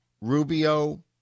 Rubio